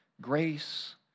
grace